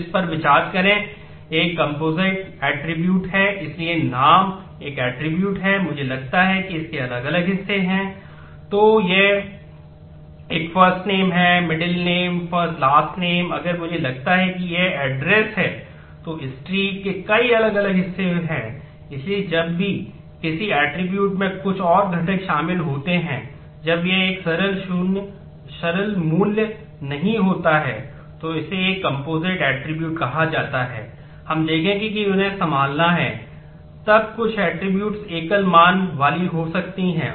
तो इस पर विचार करें यह एक कम्पोजिट एट्रिब्यूट माना जाता है